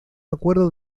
acuerdo